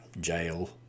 jail